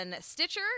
Stitcher